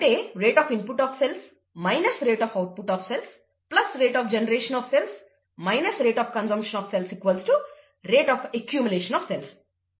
rate of input of cells rate of output of cells rate of generation of cells rate of consumption of cells rate of accumulation of cells